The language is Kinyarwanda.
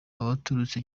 abaturutse